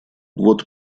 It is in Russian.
вот